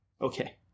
Okay